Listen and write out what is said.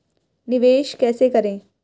निवेश कैसे करें?